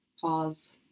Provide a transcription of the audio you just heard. pause